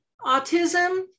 autism